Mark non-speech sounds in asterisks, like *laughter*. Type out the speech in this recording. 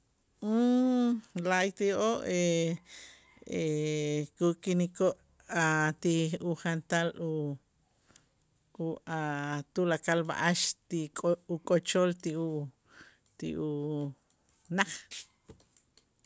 *hesitation* La'ayti'oo' *hesitation* kukinikoo' a' ti ujantal u- u a' tulakal b'a'ax ti k'o' uk'ochol ti u ti unaj.